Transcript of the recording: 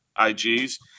IGs